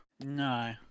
No